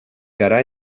gara